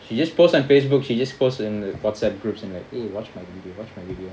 she just post on facebook she just post in whatsapp groups and like eh watch my videos